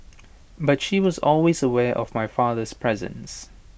but she was always aware of my father's presence